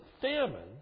famine